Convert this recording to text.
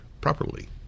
properly